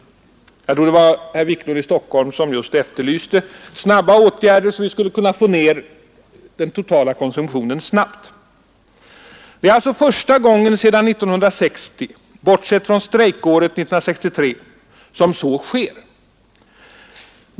Jag tror det var herr Wiklund i Stockholm som just efterlyste snabba åtgärder, så att vi skulle kunna få ned den totala konsumtionen snabbt. Det är alltså första gången sedan 1960 — bortsett från strejkåret 1963 — som så sker.